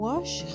Wash